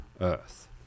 earth